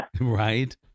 right